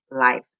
Life